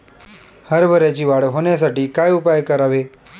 हरभऱ्याची वाढ होण्यासाठी काय उपाय करावे?